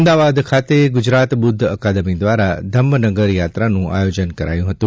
અમદાવાદ ખાતે ગુજરાત બુધ્ધ અકાદમી દ્વારા ધમ્મ નગર યાત્રાનું આયોજન કરાયું હતું